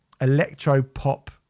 electro-pop